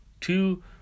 Two